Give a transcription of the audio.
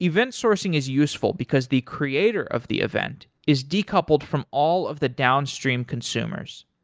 event sourcing is useful, because the creator of the event is decoupled from all of the downstream consumers.